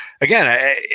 again